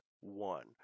one